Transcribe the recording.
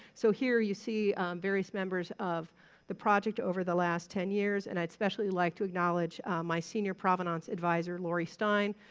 so here you see various members of the project over the last ten years and i'd especially like to acknowledge my senior provenance adviser, laurie stein,